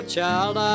Child